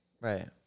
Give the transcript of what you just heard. Right